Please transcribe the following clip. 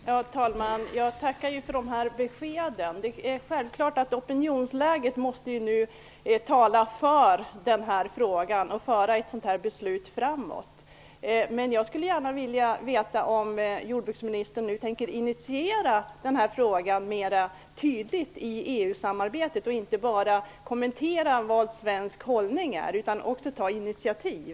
Fru talman! Jag tackar för de beskeden. Det är självklart att opinionsläget nu måste tala för det och föra ett sådant beslut framåt. Men jag skulle gärna vilja veta om jordbruksministern nu tänker initiera frågan mera tydligt i EU-samarbetet, inte bara kommentera svensk hållning, utan också ta initiativ.